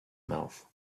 mouth